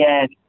Yes